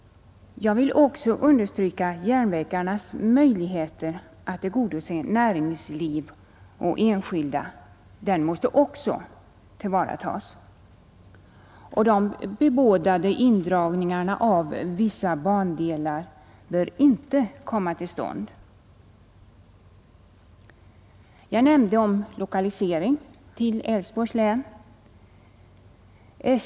Jag vill också understryka järnvägarnas möjligheter att tillgodose näringslivet och enskilda. Dessa möjligheter måste tillvaratas, och de bebådade indragningarna av vissa bandelar bör inte komma till stånd. Jag nämnde lokalisering till Älvsborgs län.